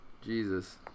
Jesus